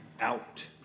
out